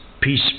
peace